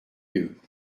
you